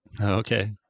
Okay